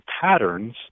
patterns